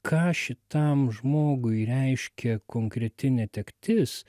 ką šitam žmogui reiškia konkreti netektis